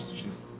she's